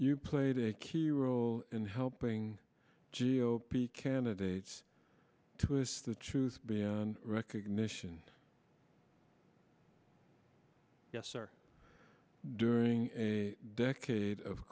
you played a key role in helping g o p candidates twist the truth beyond recognition yes sir during a decade of